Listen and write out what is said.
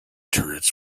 turrets